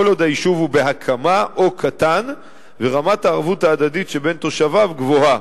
כל עוד היישוב הוא בהקמה או קטן ורמת הערבות ההדדית שבין תושביו גבוהה.